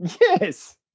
Yes